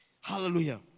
Hallelujah